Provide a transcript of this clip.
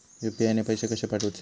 UPI ने पैशे कशे पाठवूचे?